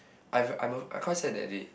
I've I'm a I quite sad that day